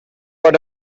got